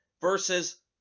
versus